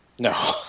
No